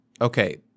okay